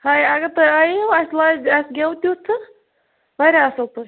ہے اگر تُہۍ آییوٕ اسہِ لٲجۍ اسہِ گیٚو تیُتھ تہٕ واریاہ اصٕل پٲٹھۍ